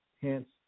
Hence